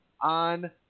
on